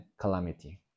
calamity